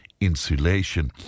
insulation